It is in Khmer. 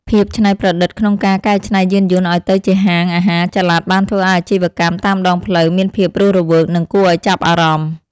ភាពច្នៃប្រឌិតក្នុងការកែច្នៃយានយន្តឱ្យទៅជាហាងអាហារចល័តបានធ្វើឱ្យអាជីវកម្មតាមដងផ្លូវមានភាពរស់រវើកនិងគួរឱ្យចាប់អារម្មណ៍។